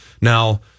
Now